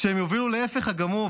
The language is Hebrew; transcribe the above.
שהובילו להפך הגמור.